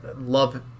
Love